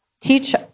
teach